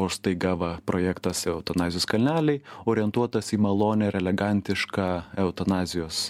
o staiga va projektas eutanazijos kalneliai orientuotas į malonią ir elegantišką eutanazijos